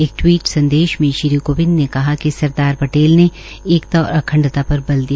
एक टवीट संदेश में श्री कोविंद ने कहा कि सरदार पटेल ने एकता और अखंडता पर बल दिया